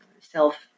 self